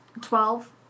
Twelve